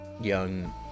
young